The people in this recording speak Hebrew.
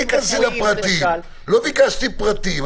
לא ביקשתי פרטים.